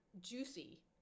juicy